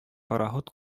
пароход